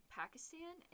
pakistan